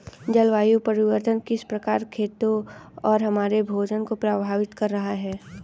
जलवायु परिवर्तन किस प्रकार खेतों और हमारे भोजन को प्रभावित कर रहा है?